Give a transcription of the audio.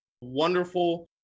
wonderful